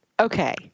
okay